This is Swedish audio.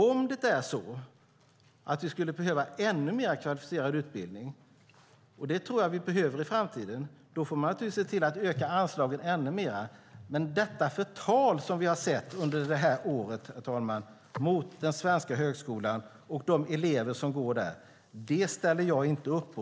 Om vi skulle behöva utbildning som är än mer kvalificerad - och det tror jag att vi kommer att göra i framtiden - får man naturligtvis öka anslagen ännu mer. Det förtal mot den svenska högskolan, liksom mot de elever som går där, som vi har sett under det här året, herr talman, ställer jag inte upp på.